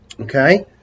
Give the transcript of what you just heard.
Okay